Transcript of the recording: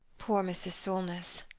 poor mrs. solness.